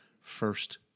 first